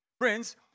Friends